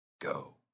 go